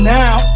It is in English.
now